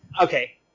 okay